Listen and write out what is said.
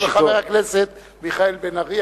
ולא בחבר הכנסת מיכאל בן-ארי,